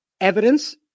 Evidence